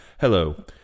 hello